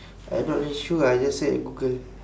I not really sure I just search in google